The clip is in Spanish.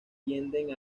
tienden